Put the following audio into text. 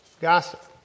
gossip